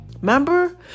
Remember